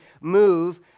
move